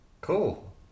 cool